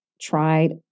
tried